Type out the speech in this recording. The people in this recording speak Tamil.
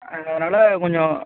அதனால் கொஞ்சம்